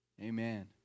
Amen